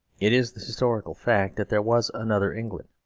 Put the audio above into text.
it is the historical fact that there was another england,